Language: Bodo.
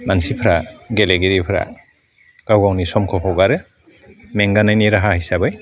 मानसिफोरा गेलेगिरिफोरा गाव गावनि समखौ हगारो मेंगानायनि राहा हिसाबै